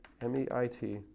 M-E-I-T